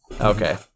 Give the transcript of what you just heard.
okay